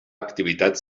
activitat